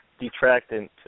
detractant